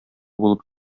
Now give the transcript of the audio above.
булып